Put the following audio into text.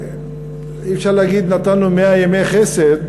אי-אפשר להגיד נתנו מאה ימי חסד,